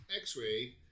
x-ray